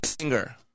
singer